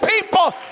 people